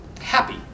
Happy